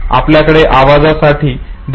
आपल्याकडे आवाजासाठी देखील चांगली स्मृती आहे